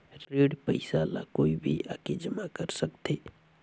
ऋण पईसा ला कोई भी आके जमा कर सकथे?